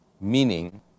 meaning